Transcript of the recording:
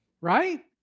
right